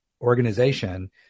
organization